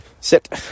Sit